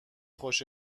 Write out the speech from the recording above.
خوش